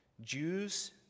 Jews